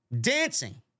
dancing